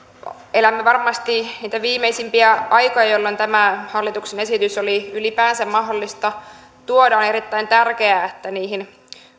elämme varmasti niitä viimeisimpiä aikoja jolloin tämä hallituksen esitys oli ylipäänsä mahdollista tuoda on erittäin tärkeää että niiden